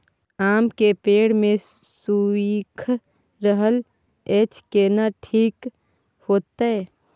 आम के पेड़ सुइख रहल एछ केना ठीक होतय?